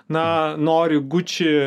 na nori guči